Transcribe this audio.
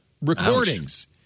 recordings